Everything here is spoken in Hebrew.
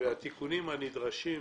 התיקונים הנדרשים,